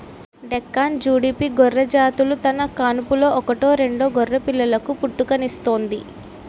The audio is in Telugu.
డెక్కాని, జుడిపి గొర్రెజాతులు తన కాన్పులో ఒకటో రెండో గొర్రెపిల్లలకు పుట్టుకనిస్తుంది